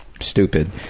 stupid